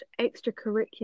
extracurricular